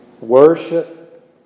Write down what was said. worship